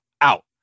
out